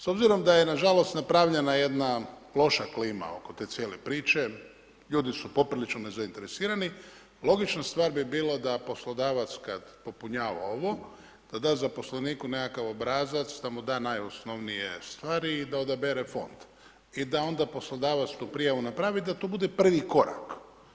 S obzirom da je nažalost napravljena jedna loša klima oko te cijele priče, ljudi su poprilično nezainteresirani, logična stvar bi bilo da poslodavac kada popunjava ovo da da zaposleniku nekakav obrazac, da mu da najosnovnije stvari i da odabere fond i da onda poslodavac tu prijavu napravi i da to bude prvi korak.